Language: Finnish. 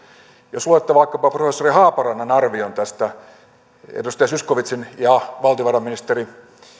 jos luette vaikkapa professori haaparannan arvion tästä edustaja zyskowiczin ja valtiovarainministerin